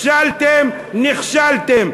נכשלתם, נכשלתם.